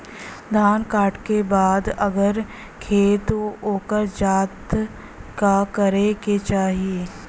धान कांटेके बाद अगर खेत उकर जात का करे के चाही?